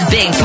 Big